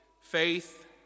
faith